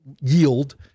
yield